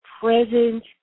present